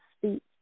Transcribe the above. speak